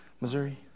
Missouri